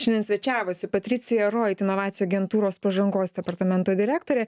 šiandien svečiavosi patricija reut inovacijų agentūros pažangos departamento direktorė